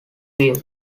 view